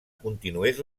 continués